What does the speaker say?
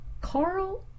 Carl